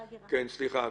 גברתי,